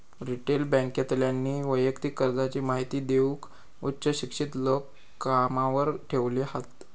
retail बॅन्केतल्यानी वैयक्तिक कर्जाची महिती देऊक उच्च शिक्षित लोक कामावर ठेवले हत